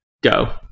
go